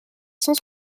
cent